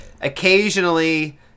occasionally